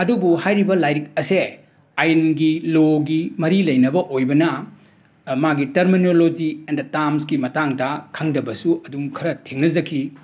ꯑꯗꯨꯕꯨ ꯍꯥꯏꯔꯤꯕ ꯂꯥꯏꯔꯤꯛ ꯑꯁꯦ ꯑꯥꯏꯟꯒꯤ ꯂꯣꯒꯤ ꯃꯔꯤ ꯂꯩꯅꯕ ꯑꯣꯏꯕꯅ ꯃꯥꯒꯤ ꯇꯔꯃꯤꯅꯣꯂꯣꯖꯤ ꯑꯦꯟꯗ ꯇꯥꯝꯁꯀꯤ ꯃꯇꯥꯡꯗ ꯈꯪꯗꯕꯁꯨ ꯑꯗꯨꯝ ꯈꯔ ꯊꯦꯡꯅꯖꯈꯤ